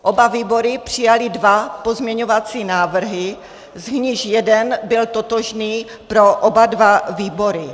Oba výbory přijaly dva pozměňovací návrhy, z nichž jeden byl totožný pro oba dva výbory.